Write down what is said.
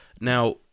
Now